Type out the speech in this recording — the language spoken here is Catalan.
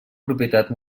propietat